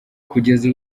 kugeza